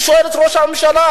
אני שואל את ראש הממשלה,